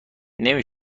نمی